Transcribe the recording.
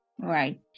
right